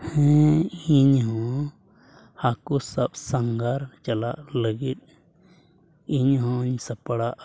ᱦᱮᱸ ᱤᱧ ᱦᱚᱸ ᱦᱟᱹᱠᱩ ᱥᱟᱵ ᱥᱟᱸᱜᱷᱟᱨ ᱪᱟᱞᱟᱜ ᱞᱟᱹᱜᱤᱫ ᱤᱧ ᱦᱚᱧ ᱥᱟᱯᱲᱟᱜᱼᱟ